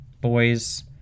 boys